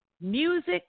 Music